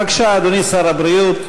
בבקשה, אדוני שר הבריאות.